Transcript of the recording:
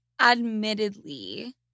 admittedly